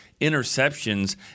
interceptions